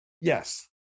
Yes